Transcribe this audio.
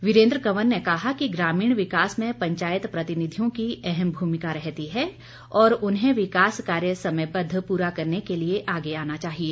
वीरेन्द्र कंवर ने कहा कि ग्रामीण विकास में पंचायत प्रतिनिधियों की अहम भूमिका रहती है और उन्हें विकास कार्य समयबद्ध पूरा करने के लिए आगे आना चाहिए